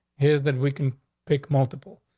his that we can pick multiple.